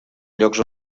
llocs